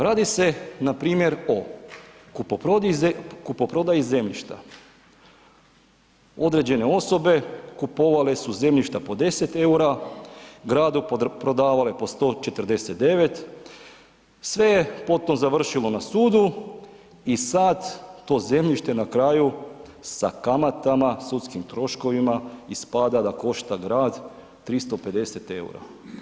Radi se npr. o kupoprodaji zemljišta, određene osobe kupovale su zemljišta po 10 eura, gradu prodavale po 149, sve je potom završilo na sudu i sad to zemljište na kraju sa kamatama, sudskim troškovima, ispada da košta grad 350 eura.